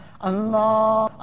Allah